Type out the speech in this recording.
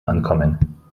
ankommen